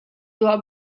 tuah